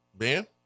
Ben